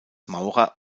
maurer